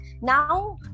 now